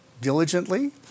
diligently